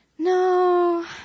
No